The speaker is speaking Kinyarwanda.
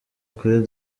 kuri